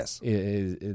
Yes